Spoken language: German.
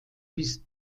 bist